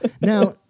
Now